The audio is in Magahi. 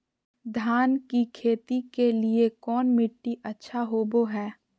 धान की खेती के लिए कौन मिट्टी अच्छा होबो है?